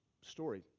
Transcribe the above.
story